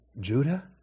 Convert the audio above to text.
Judah